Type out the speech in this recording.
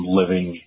living